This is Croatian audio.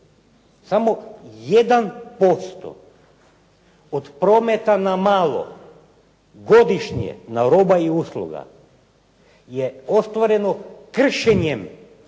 samo 1% od prometa na malo godišnje na roba i usluga je ostvareno kršenjem,